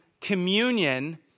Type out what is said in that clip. communion